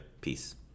Peace